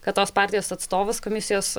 kad tos partijos atstovas komisijos